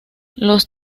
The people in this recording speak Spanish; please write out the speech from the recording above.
los